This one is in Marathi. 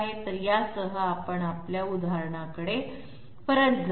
तर यासह आपण आपल्या उदाहरणाकडे परत जाऊ या